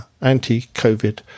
anti-COVID